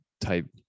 type